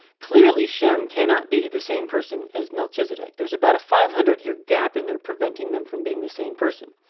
clearly shem cannot be the same person as melchizedek. there's about a five hundred year gap in there, preventing them from being the same person.